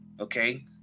Okay